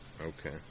Okay